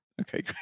Okay